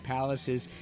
Palaces